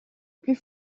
plus